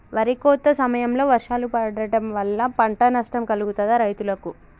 వరి కోత సమయంలో వర్షాలు పడటం వల్ల పంట నష్టం కలుగుతదా రైతులకు?